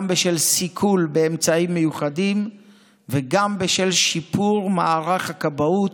גם בשל סיכול באמצעים מיוחדים וגם בשל שיפור מערך הכבאות,